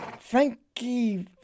Frankie